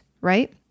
right